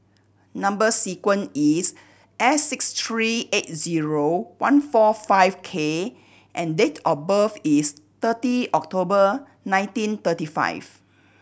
number sequence is S six three eight zero one four five K and date of birth is thirty October nineteen thirty five